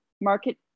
market